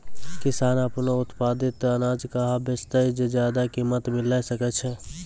किसान आपनो उत्पादित अनाज कहाँ बेचतै जे ज्यादा कीमत मिलैल सकै छै?